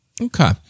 Okay